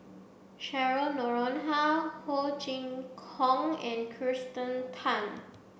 Cheryl Noronha Ho Chee Kong and Kirsten Tan